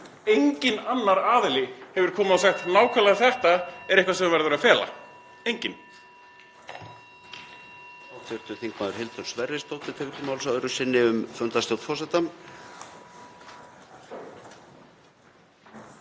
Enginn annar aðili hefur komið og sagt: Nákvæmlega þetta er eitthvað sem verður að fela. Enginn.